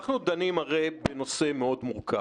אנחנו הרי דנים בנושא מאוד מורכב.